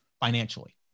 financially